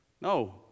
No